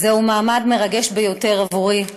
זהו מעמד מרגש ביותר עבורי,